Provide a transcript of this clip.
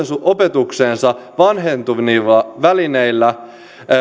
opetuksensa vanhentuvilla välineillä